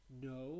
No